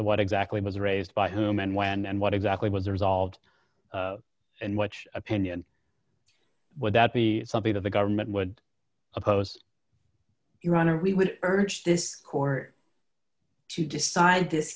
to what exactly was raised by whom and when and what exactly was resolved and which opinion would that be something that the government would oppose your honor we would urge this court to decide this